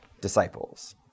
disciples